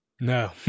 No